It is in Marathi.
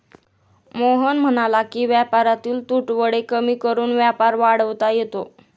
मोहन म्हणाला की व्यापारातील तुटवडे कमी करून व्यापार वाढवता येतो